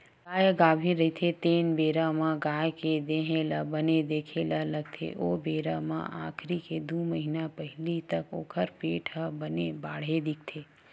गाय गाभिन रहिथे तेन बेरा म गाय के देहे ल बने देखे ल लागथे ओ बेरा म आखिरी के दू महिना पहिली तक ओखर पेट ह बने बाड़हे दिखथे